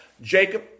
Jacob